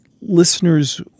listeners